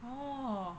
oh